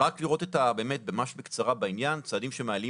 נראה ממש בקצרה את עניין הצעדים שמייעלים